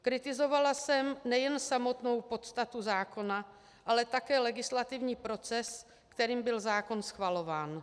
Kritizovala jsem nejen samotnou podstatu zákona, ale také legislativní proces, kterým byl zákon schvalován.